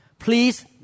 Please